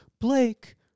Blake